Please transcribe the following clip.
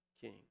king